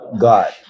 God